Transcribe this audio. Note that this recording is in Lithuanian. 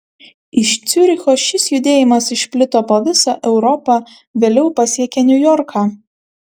iš ciuricho šis judėjimas išplito po visą europą vėliau pasiekė niujorką